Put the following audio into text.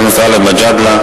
חבר הכנסת גאלב מג'אדלה,